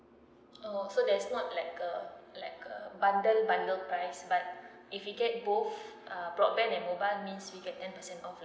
orh so that's not like a like a bundle bundle price but if you get both uh broadband and mobile means we get ten percent off